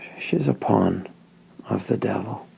shes upon of the devil